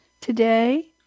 today